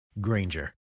Granger